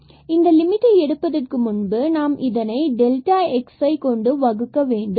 எனவே லிமிட் எடுப்பதற்கு முன்பு நாம் இதனை டெல்டாவில் x வகுக்க வேண்டும்